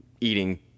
eating